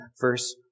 verse